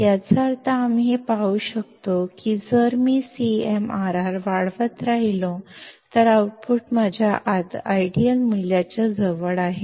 याचा अर्थ आम्ही हे पाहू शकतो की जर मी CMRR वाढवत राहिलो तर आउटपुट माझ्या आदर्श मूल्याच्या जवळ आहे